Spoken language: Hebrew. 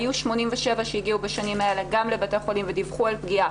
היו 87 שהגיעו בשנים האלה גם לבתי החולים ודיווחו על פגיעה